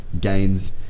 gains